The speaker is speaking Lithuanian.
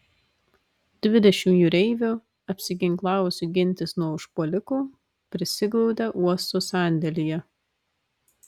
dvidešimt jūreivių apsiginklavusių gintis nuo užpuolikų prisiglaudė uosto sandėlyje